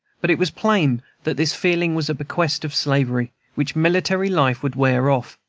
but it was plain that this feeling was a bequest of slavery, which military life would wear off.